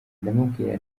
ndamubwira